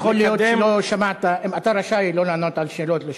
יכול להיות שלא שמעת, אתה רשאי לא לענות על שאלות.